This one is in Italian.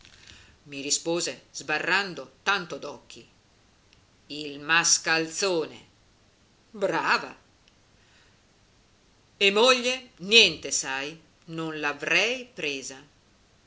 i rispose sbarrando tanto d'occhi il mascalzone brava e moglie niente sai non l'avrei presa